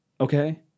Okay